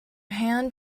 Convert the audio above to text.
hand